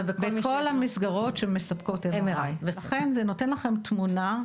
בכל המסגרות שמספקות MRI. לכן זה נותן לכם תמונה.